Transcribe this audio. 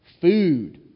Food